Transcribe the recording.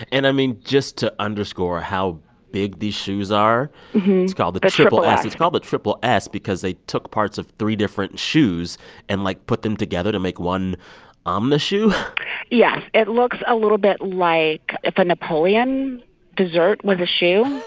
and, i mean, just to underscore how big these shoes are, it's the triple s it's called the triple s because they took parts of three different shoes and, like, put them together to make one omnishoe yes, it looks a little bit like if a napoleon dessert was a shoe